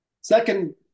Second